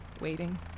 waiting